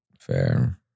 Fair